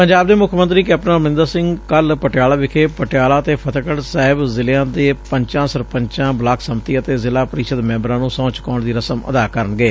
ਪੰਜਾਬ ਦੇ ਮੁੱਖ ਮੰਤਰੀ ਕੈਪਟਨ ਅਮਰਿੰਦਰ ਸਿੰਘ ਕੱਲ੍ ਪਟਿਆਲਾ ਵਿਖੇ ਪਟਿਆਲਾ ਅਤੇ ਫ਼ਤਹਿਗੜ ਸਾਹਿਬ ਜ਼ਿਲ੍ਹਿਆਂ ਦੇ ਪੰਚਾਂ ਸਰਪੰਚਾਂ ਬਲਾਕ ਸੰਮਤੀ ਅਤੇ ਜ਼ਿਲ੍ਹਾ ਪ੍ੀਸ਼ਦ ਮੈਂਬਰਾਂ ਨੂੰ ਸਹੂੰ ਚੁਕਾਉਣ ਦੀ ਰਸਮ ਅਦਾ ਕਰਨਗੇ